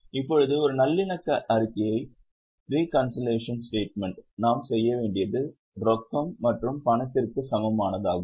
இப்போது ஒரு நல்லிணக்க அறிக்கையை நாம் செய்ய வேண்டியது ரொக்கம் மற்றும் பணத்திற்கு சமமானதாகும்